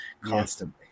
constantly